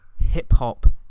Hip-hop